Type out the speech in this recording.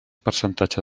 percentatge